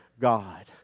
God